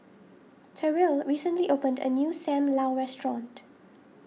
Terrill recently opened a new Sam Lau restaurant